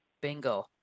bingo